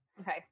Okay